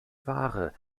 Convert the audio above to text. ware